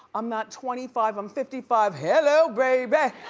i'm not twenty five, i'm fifty five, hello baby